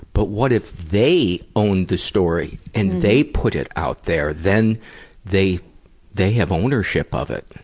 but what if they owned the story, and they put it out there. then they they have ownership of it.